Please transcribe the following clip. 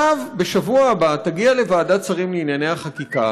בשבוע הבא תגיע לוועדת השרים לענייני חקיקה